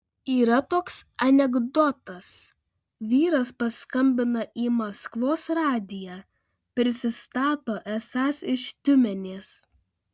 yra toks anekdotas vyras paskambina į maskvos radiją prisistato esąs iš tiumenės